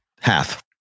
Half